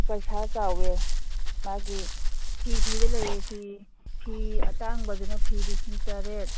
ꯄꯩꯁꯥ ꯆꯥꯎꯋꯦ ꯃꯥꯒꯤ ꯐꯤ ꯐꯤꯗ ꯂꯩꯔꯦ ꯐꯤ ꯐꯤ ꯑꯇꯥꯡꯕꯗꯨꯅ ꯐꯤ ꯂꯤꯁꯤꯡ ꯇꯔꯦꯠ